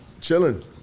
Chilling